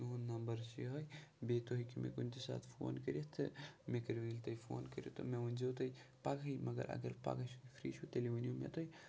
میون نَمبَر چھِ یِہوٚے بیٚیہِ تُہۍ ہیٚکِو مےٚ کُنہِ تہِ ساتہٕ فون کٔرِتھ تہٕ مےٚ کٔرِو ییٚلہِ تُہۍ فون کٔرِو تہٕ مےٚ ؤنۍزیو تُہۍ پَگہٕے مَگر اگر پگاہ چھِو فِرٛی چھِو تیٚلہِ ؤنِو مےٚ تُہۍ